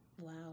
Wow